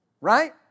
right